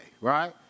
right